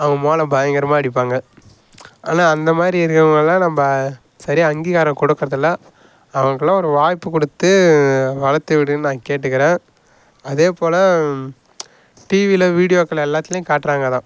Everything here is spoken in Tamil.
அவங்க மேளம் பயங்கரமாக அடிப்பாங்க ஆனால் அந்தமாதிரி இருக்கிறவுங்களலாம் நம்ம சரியா அங்கீகாரம் கொடுக்கிறதில்ல அவங்களுக்குலாம் ஒரு வாய்ப்பு கொடுத்து வளர்த்து விடுங்கனு நான் கேட்டுக்கிறேன் அதேபோல டிவியில் வீடியோக்கள் எல்லாத்துலேயும் காட்டுறாங்க அதான்